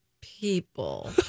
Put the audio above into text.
people